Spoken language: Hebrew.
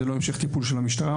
זה לא המשך טיפול של המשטרה.